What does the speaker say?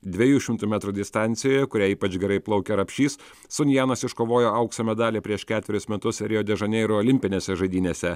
dviejų šimtų metrų distancijoje kuria ypač gerai plaukė rapšys sun janas iškovojo aukso medalį prieš ketverius metus rio de žaneiro olimpinėse žaidynėse